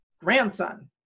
grandson